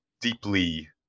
deeply